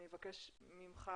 אני אבקש ממך